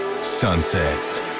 Sunsets